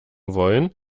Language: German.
wollen